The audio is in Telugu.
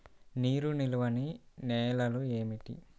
నీరు నిలువని నేలలు ఏమిటి?